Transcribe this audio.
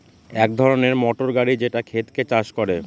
এক ধরনের মোটর গাড়ি যেটা ক্ষেতকে চাষ করে